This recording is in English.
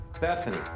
Bethany